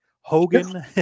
Hogan